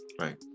right